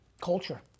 Culture